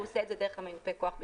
הוא עושה את זה דרך מיופה כוח בתמורה.